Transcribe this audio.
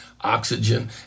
oxygen